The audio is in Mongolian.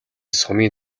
сумын